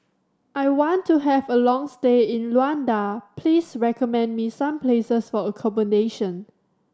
I want to have a long stay in Luanda please recommend me some places for accommodation